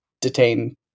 detain